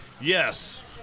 Yes